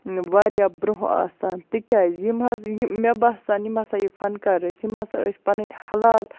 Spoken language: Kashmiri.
واریاہ برونٛہہ آسان تکیاز یِم حظ مےٚ باسان یِم ہَسا یہِ فَنکار ٲسۍ یِم ہَسا ٲسۍ پَنٕنۍ حَلال